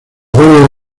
guardia